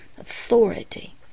authority